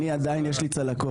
אני, עדיין יש לי צלקות.